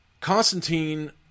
Constantine